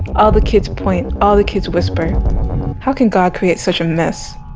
all the kids point all the kids whisper how can god create such a mess?